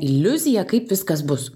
iliuziją kaip viskas bus